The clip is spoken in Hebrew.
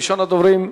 ראשון הדוברים,